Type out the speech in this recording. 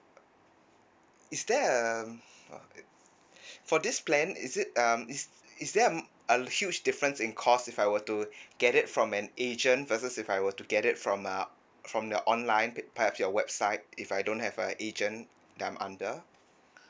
is there err for this plan is it um is is there um a huge difference in cost if I were to get it from an agent versus if I were to get it from uh from the online perhaps your website if I don't have a agent that I'm under